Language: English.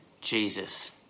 Jesus